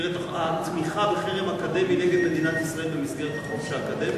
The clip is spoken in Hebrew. חבר הכנסת חנין,